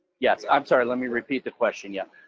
yeah i'm sorry, let me repeat the question, yeah.